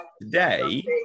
Today